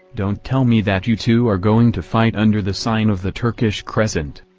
don't tell me that you too are going to fight under the sign of the turkish crescent.